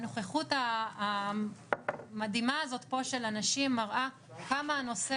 הנוכחות המדהימה הזאת פה של האנשים מראה כמה הנושא